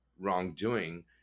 wrongdoing